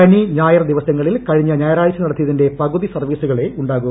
ശനി ഞായർ ദിവസങ്ങളിൽ കഴിഞ്ഞ ഞായറാഴ്ച നടത്തിയതിന്റെ പകുതി സർവ്വീസുകളേ ഉണ്ടാവൂ